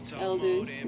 elders